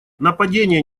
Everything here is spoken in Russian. нападения